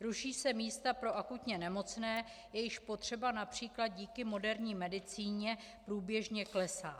Ruší se místa pro akutně nemocné, jejichž potřeba například díky moderní medicíně průběžně klesá.